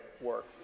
work